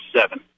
seven